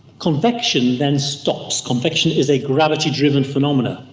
convection then stops. convection is a gravity driven phenomena.